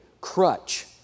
crutch